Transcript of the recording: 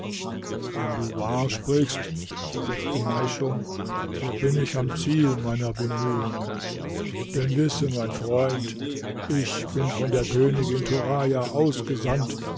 wenn du wahr sprichst versetzte meischum so bin ich am ziel meiner bemühungen denn wisse mein freund ich bin von der königin turaja ausgesandt